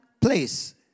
place